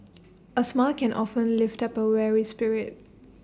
A smile can often lift up A weary spirit